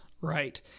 right